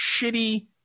shitty